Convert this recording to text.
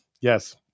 Yes